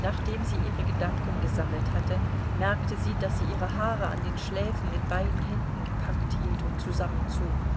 nachdem sie ihre gedanken gesammelt hatte merkte sie daß sie ihre haare an den schläfen mit beiden händen gepackt hielt und zusammenzog